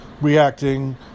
Reacting